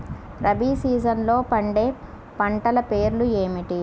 రబీ సీజన్లో పండే పంటల పేర్లు ఏమిటి?